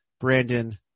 Brandon